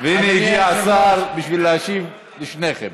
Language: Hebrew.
הינה, הגיע השר בשביל להשיב לשניכם.